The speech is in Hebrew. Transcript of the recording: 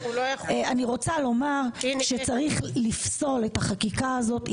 צריך לפסול את החקיקה הזאת,